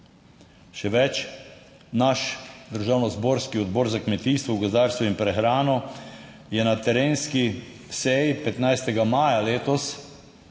Še več, naš državnozborski Odbor za kmetijstvo, gozdarstvo in prehrano je na terenski seji 15. maja letos,